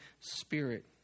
spirit